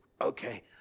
okay